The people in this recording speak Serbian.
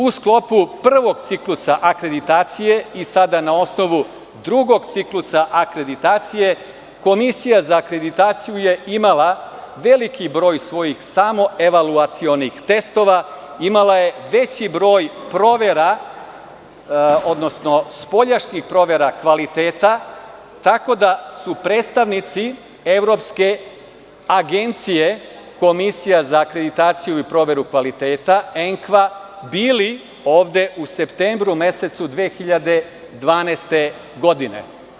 U sklopu prvog ciklusa akreditacije i sada na osnovu drugog ciklusa akreditacije, Komisija za akreditaciju je imala veliki broj svojih samoevalucionih testova, imala je veći broj provera, odnosno spoljašnjih provera kvaliteta, tako da su predstavnici Evropske agencije komisija za akreditaciju i proveru kvaliteta ENKVA bili ovde u septembru mesecu 2012. godine.